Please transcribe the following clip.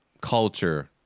culture